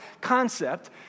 concept